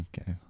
Okay